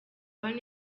hano